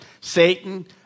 Satan